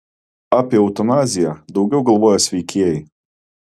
apie eutanaziją daugiau galvoja sveikieji